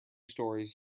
storeys